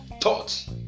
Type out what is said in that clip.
thoughts